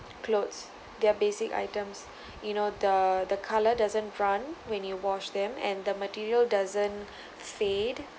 clothes their basic items you know the the colour doesn't run when you wash them and the material doesn't fade